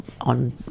on